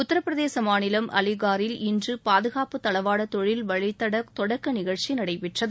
உத்தரப்பிரதேச மாநிலம் அலிகாரில் இன்று பாதுகாப்பு தளவாட தொழில் வழித்தட தொடக்க நிகழ்ச்சி நடைபெற்றது